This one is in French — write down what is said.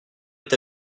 est